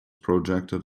projected